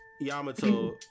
Yamato